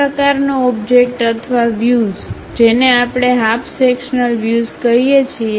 આ પ્રકારનો ઓબ્જેક્ટ્સ અથવા વ્યુઝ જેને આપણે હાફસેક્શન્લ વ્યુઝ કહીએ છીએ